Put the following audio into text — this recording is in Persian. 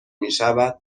میشود